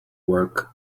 work